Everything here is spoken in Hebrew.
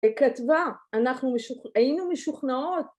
‫היא כתבה. ‫אנחנו משוכ... היינו משוכנעות.